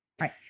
Right